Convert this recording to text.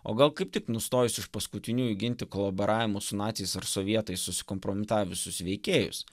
o gal kaip tik nustojus iš paskutiniųjų ginti kolaboravimu su naciais ar sovietais susikompromitavusius veikėjus